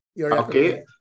Okay